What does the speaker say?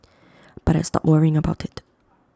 but I stopped worrying about IT